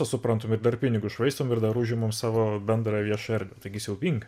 suprantu bet dabar pinigus švaistom ir dar užimam savo bendrą viešą erdvę taigi siaubinga